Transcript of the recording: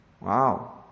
Wow